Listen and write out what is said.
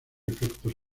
efectos